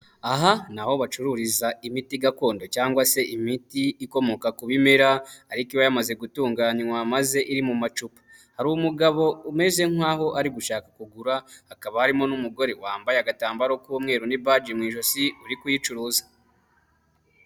Aha ni aho bacururiza imiti gakondo cyangwa se imiti ikomoka ku bimera ariko iba yamaze gutunganywa maze iri mu macupa, hari umugabo umeze nkaho ari gushaka kugura, hakaba harimo n'umugore wambaye agatambaro k'umweru n'ibaji mu ijosi uri kuyicuruza.